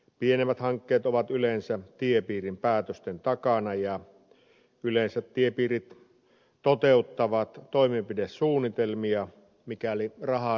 pienemmät hankkeet ovat yleensä tiepiirin päätösten takana ja yleensä tiepiirit toteuttavat toimenpidesuunnitelmia mikäli rahaa riittää